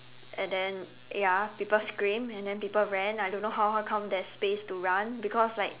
and then ya people screamed and then people ran I don't know how how come there is space to run because like